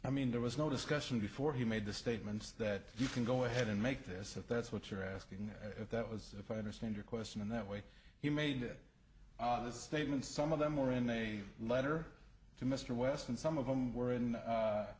i mean there was no discussion before he made the statements that you can go ahead and make this if that's what you're asking that if that was if i understand your question in that way he made it this statement some of them are in a letter to mr west and some of them were in